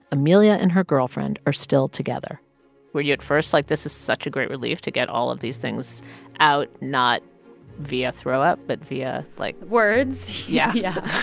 amelia and her girlfriend are still together were you at first like, this is such a great relief to get all of these things out not via throw up but via, like. words? yeah